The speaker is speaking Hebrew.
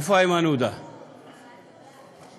אה, הוא